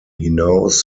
hinaus